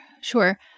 sure